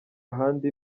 ahandi